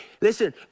listen